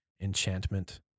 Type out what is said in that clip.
enchantment